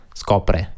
scopre